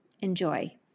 Enjoy